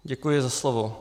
Děkuji za slovo.